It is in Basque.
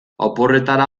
oporretara